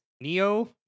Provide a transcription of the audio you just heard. Neo